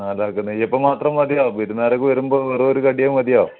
നാലാൾക്ക് നെയ്യപ്പം മാത്രം മതിയോ വിരുന്നുകാരൊക്കെ വരുമ്പോൾ വെറുമൊരു കടി മതിയോ